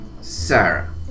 Sarah